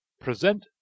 present